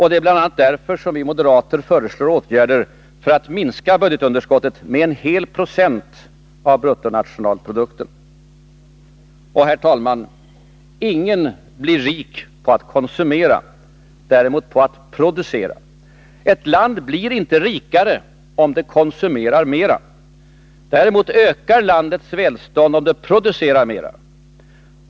Det är bl.a. därför vi moderater föreslår åtgärder för att minska budgetunderskottet med en hel procent av bruttonationalprodukten. Herr talman! Ingen blir rik på att konsumera. Däremot på att producera. Ett land blir inte rikare, om det konsumerar mera. Däremot ökar landets välstånd, om vi producerar mera.